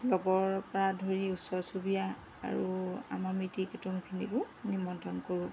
লগৰ পৰা ধৰি ওচৰ চুবুৰীয়া আৰু আমাৰ মিতিৰ কুটুমখিনিকো নিমন্ত্ৰণ কৰোঁ